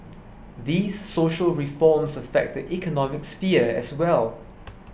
these social reforms affect the economic sphere as well